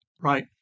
Right